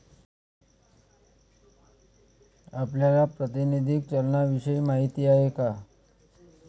आपल्याला प्रातिनिधिक चलनाविषयी माहिती आहे का?